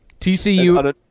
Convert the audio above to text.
TCU